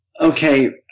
okay